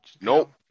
Nope